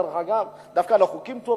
ודווקא לחוקים טובים,